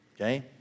okay